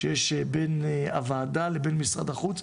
שי בין הוועדה לבין משרד החוץ.